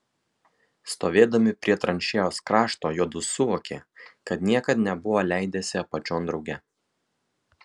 stovėdami prie tranšėjos krašto juodu suvokė kad niekad nebuvo leidęsi apačion drauge